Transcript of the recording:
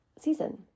season